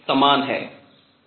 समान है सही